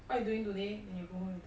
what you doing today when you go home later